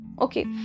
Okay